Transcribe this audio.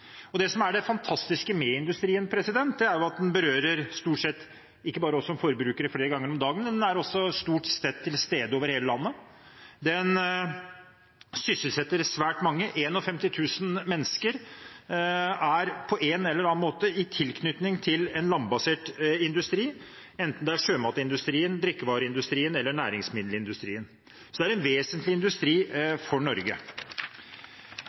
som er det fantastiske med industrien, er at den ikke bare berører oss som forbrukere flere ganger om dagen, den er også stort sett til stede over hele landet, og den sysselsetter svært mange. 51 000 mennesker er på en eller annen måte knyttet til en landbasert industri, enten det er sjømatindustrien, drikkevareindustrien eller næringsmiddelindustrien. Så det er en vesentlig industri for Norge.